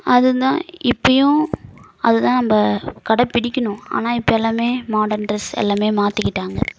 அதுதான் இப்போயும் அது தான் நம்ப கடைப்பிடிக்கிணும் ஆனால் இப்போ எல்லாமே மாடன் ட்ரெஸ் எல்லாமே மாற்றிக்கிட்டாங்க